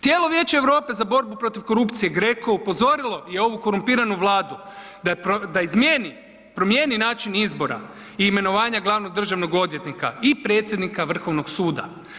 Tijelo Vijeće Europe za borbu protiv korupcije GRECO upozorilo je ovu korumpirano Vladu da izmijeni, promijeni način izbora i imenovanja glavnog državnog odvjetnika i predsjednika Vrhovnog suda.